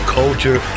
culture